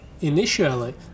Initially